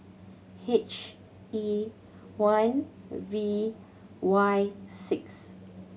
H E one V Y six